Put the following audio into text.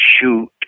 shoot